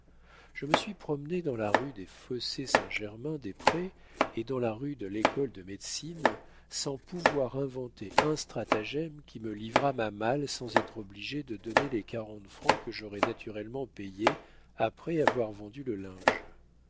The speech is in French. je me suis promené dans la rue des fossés saint germain des prés et dans la rue de lécole de médecine sans pouvoir inventer un stratagème qui me livrât ma malle sans être obligé de donner les quarante francs que j'aurais naturellement payés après avoir vendu le linge